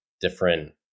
different